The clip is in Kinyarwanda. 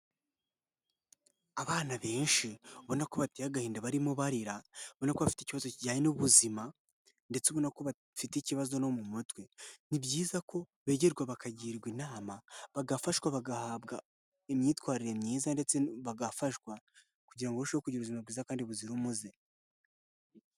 Abana benshi ubona ko bateye agahinda barimo barira, ubona ko bafite ikibazo kijyanye n'ubuzima ndetse ubona ko bafite ikibazo no mu mutwe, ni byiza ko begerwa bakagirwa inama bagafashwa bagahabwa imyitwarire myiza ndetse bagafashwa kugira ngo barusheho kugira ubuzima bwiza kandi buzira umuze.